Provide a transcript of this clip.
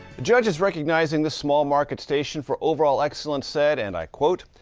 judges recognizing the small market station for overall excellence said and i quote,